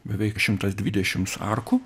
beveik šimtas dvidešims arkų